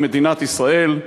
היא מדינת ישראל,